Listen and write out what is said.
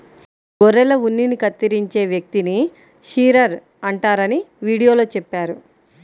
గొర్రెల ఉన్నిని కత్తిరించే వ్యక్తిని షీరర్ అంటారని వీడియోలో చెప్పారు